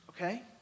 Okay